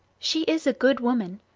she is a good woman.